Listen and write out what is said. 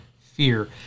fear